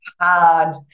hard